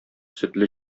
сөтле